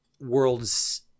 worlds